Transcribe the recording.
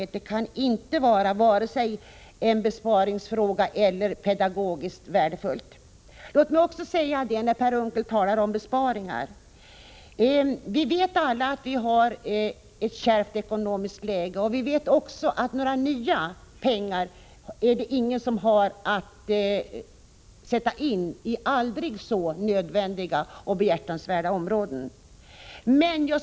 Dessa förslag kan varken innebära en besparing eller vara pedagogiskt värdefulla. Per Unckel talade här om besparingar. Vi vet alla att vi har ett kärvt ekonomiskt läge och att det inte finns några nya pengar att sätta in i aldrig så nödvändiga eller behjärtansvärda verksamheter.